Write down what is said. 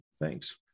Thanks